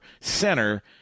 center